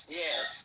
yes